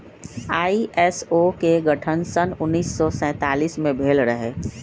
ISO के गठन सन उन्नीस सौ सैंतालीस में भेल रहै